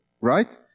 right